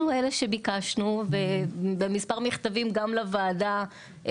אנחנו אלה שביקשנו במספר מכתבים גם לוועדה.